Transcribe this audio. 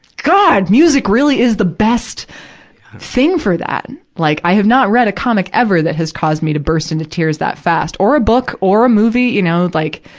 god! music really is the best thing for that. like, i have not read a comic ever that has caused me to burst into tears that fast. or a book, or a movie, you know. like,